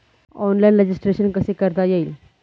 Online registration कसे करता येईल?